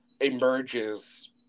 emerges